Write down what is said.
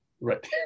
right